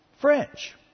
French